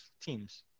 teams